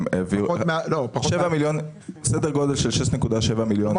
הם כבר העבירו סדר גודל של 6.7 מיליון שקלים.